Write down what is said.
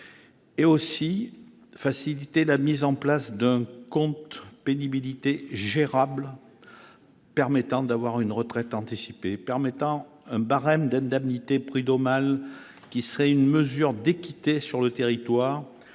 ; elle facilite la mise en place d'un compte pénibilité gérable et permettant d'avoir une retraite anticipée ; elle établit un barème d'indemnités prud'homales, une mesure d'équité sur le territoire